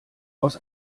aus